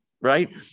right